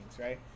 right